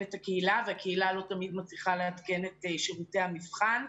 את הקהילה והקהילה לא תמיד מצליחה לעדכן את שירותי המבחן,